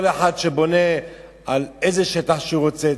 כל אחד שבונה על איזה שטח שהוא רוצה,